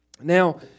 Now